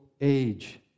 age